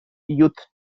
youth